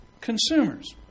consumers